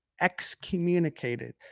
excommunicated